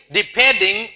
depending